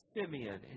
Simeon